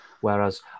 Whereas